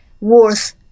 worth